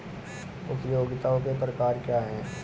उपयोगिताओं के प्रकार क्या हैं?